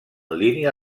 línia